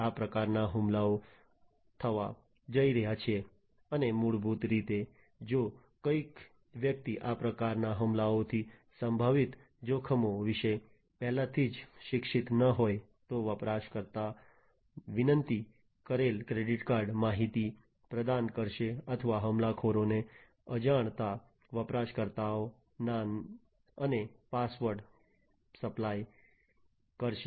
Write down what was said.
આ પ્રકારના હુમલાઓ થવા જઈ રહ્યા છે અને મૂળભૂત રીતે જો કોઈ વ્યક્તિ આ પ્રકારના હુમલાઓથી સંભવિત જોખમો વિશે પહેલાથી જ શિક્ષિત ન હોય તો વપરાશકર્તા વિનંતી કરેલ ક્રેડીટકાર્ડ માહિતી પ્રદાન કરશે અથવા હુમલાખોરને અજાણતાં વપરાશકર્તાનામ અને પાસવર્ડ સપ્લાય કરશે